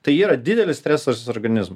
tai yra didelis stresas organizm